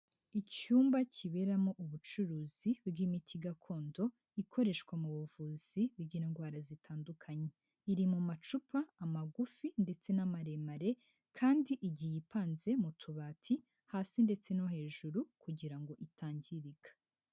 Icyumba kiberamo ubucuruzi bw'imiti gakondo, ikoreshwa mu buvuzi bw'indwara zitandukanye. Iri mu macupa, amagufi ndetse n'amaremare kandi igiye ipanze mu tubati, hasi ndetse no hejuru kugira ngo itangirika.